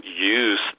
use